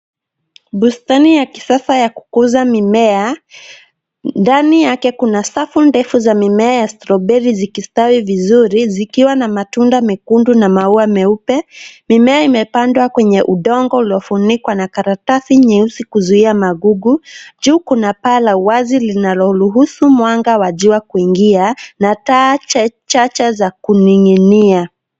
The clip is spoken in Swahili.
Bustani ya kisasa ya kukuza mimea. Ndani yake kuna safu ndefu za mimea ya stroberi zikistawi vizuri zikiwa na matunda mekundu na maua meupe. Mimea imepandwa kwenye udongo uliofunikwa na karatasi nyeusi kuzuia magugu. Juu kuna paa la uwazi linaloruhusu mwanga wa jua kuingia na taa chache za kuning'inia.